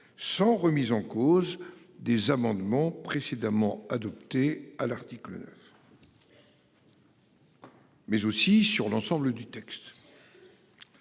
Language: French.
Sans remise en cause des amendements précédemment adopté à l'article. Mais aussi sur l'ensemble du texte.